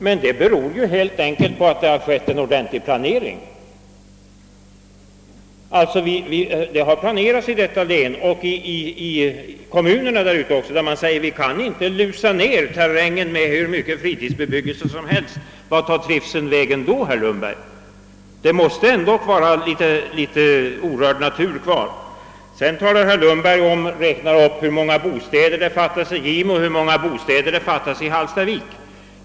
Att detta visat sig vara fallet beror helt enkelt på att det har gjorts en ordentlig planering för ifrågavarande fritidsbebyggelse både på länsplanet och inom kommunerna. Företrädarna för berörda kommuner anser att man inte kan lusa ned terrängen med hur mycket fritidsbebyggelse som helst. Vart skulle trivseln då ta vägen, herr Lundberg? Det måste ändå finnas litet orörd natur kvar. Vidare räknar herr Lundberg upp hur många bostäder det fattas i Gimo och hur många bostäder som fattas i Hallstavik.